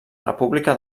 república